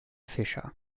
fischer